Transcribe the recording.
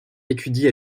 étudie